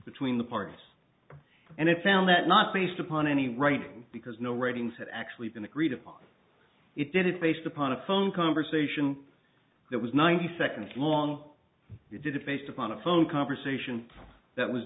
between the parties and it found that not based upon any writing because no readings had actually been agreed upon it did it based upon a phone conversation that was ninety seconds long we did it based upon a phone conversation that was